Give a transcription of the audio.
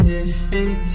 Different